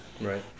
right